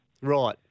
Right